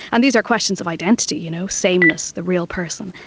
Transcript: and these are questions of identity, you know sameness, the real person.